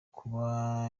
kuba